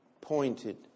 pointed